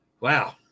wow